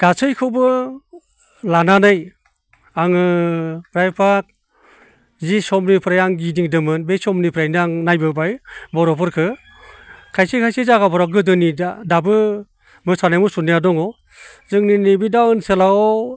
गासैखौबो लानानै आङो फ्रायफाग जि समनिफ्राय आं गिदिंदोंमोन बे समनिफ्रायनो आं नायबोबाय बर'फोरखौ खायसे खायसे जागाफोराव गोदोनि दाबो मोसानाय मुसुरनाया दङ जोंनि नैबे दा ओनसोलाव